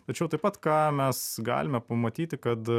tačiau taip pat ką mes galime pamatyti kad